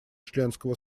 членского